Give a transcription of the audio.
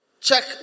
Check